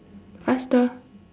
faster